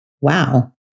Wow